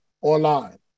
online